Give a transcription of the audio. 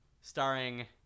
starring